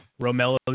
Romelo